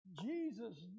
Jesus